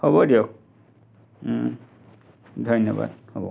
হ'ব দিয়ক ধন্যবাদ হ'ব